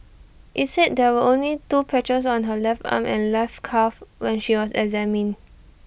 IT said there were only the two patches on her left arm and left calf when she was examined